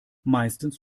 meistens